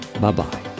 Bye-bye